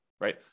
right